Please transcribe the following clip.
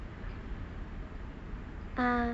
ah